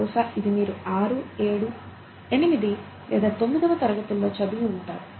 బహుశా ఇది మీరు ఆరు ఏడూ ఎనిమిది లేదా తొమ్మిదవ తరగతుల్లో చదివి ఉంటారు